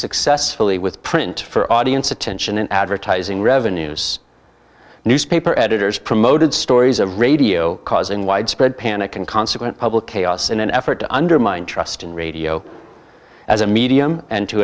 successfully with print for audience attention and advertising revenues newspaper editors promoted stories of radio causing widespread panic and consequent public chaos in an effort to undermine trust in radio as a medium and to